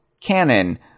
canon